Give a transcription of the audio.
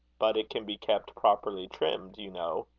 but it can be kept properly trimmed, you know.